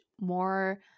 more